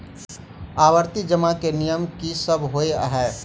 आवर्ती जमा केँ नियम की सब होइ है?